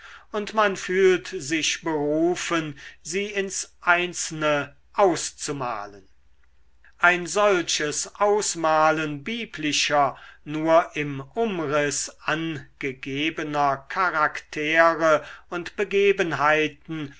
und man fühlt sich berufen sie ins einzelne auszumalen ein solches ausmalen biblischer nur im umriß angegebener charaktere und begebenheiten